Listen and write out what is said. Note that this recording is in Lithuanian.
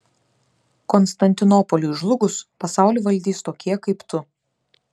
konstantinopoliui žlugus pasaulį valdys tokie kaip tu